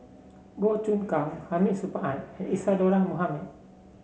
Goh Choon Kang Hamid Supaat and Isadhora Mohamed